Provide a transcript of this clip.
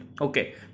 Okay